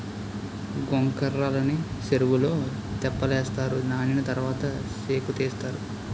గొంకర్రలని సెరువులో తెప్పలేస్తారు నానిన తరవాత సేకుతీస్తారు